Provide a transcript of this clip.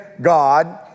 God